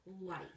life